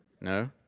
No